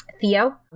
Theo